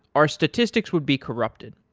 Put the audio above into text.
our statistics would be corrupted.